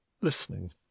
listening